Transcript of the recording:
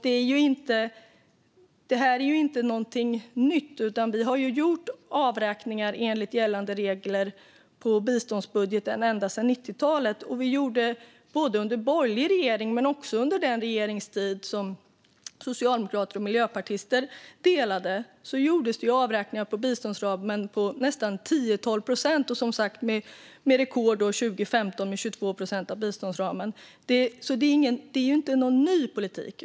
Det här är inte någonting nytt, utan vi har gjort avräkningar enligt gällande regler på biståndsbudgeten ända sedan 90talet. Både under borgerlig regering och under den regeringstid som socialdemokrater och miljöpartister delade gjordes ju avräkningar på nästan 10-12 procent av biståndsramen. Rekordet var som sagt 2015 med 22 procent av biståndsramen. Det är alltså inte någon ny politik.